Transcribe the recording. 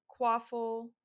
quaffle